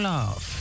Love